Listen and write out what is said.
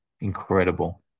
incredible